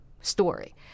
story